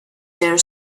their